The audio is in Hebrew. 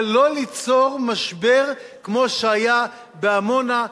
אבל לא ליצור משבר כמו שהיה בעמונה,